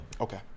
Okay